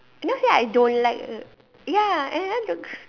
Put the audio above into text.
I never say I don't like it ya and Anna